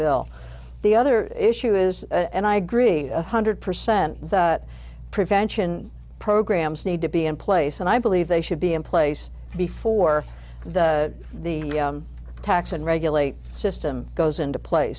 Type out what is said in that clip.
bill the other issue is and i agree one hundred percent that prevention programs need to be in place and i believe they should be in place before the tax and regulate system goes into place